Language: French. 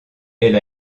elle